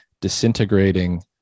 disintegrating